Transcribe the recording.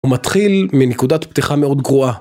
הוא מתחיל מנקודת פתיחה מאוד גרועה.